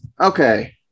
okay